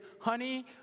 honey